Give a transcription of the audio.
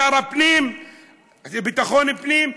השר לביטחון הפנים,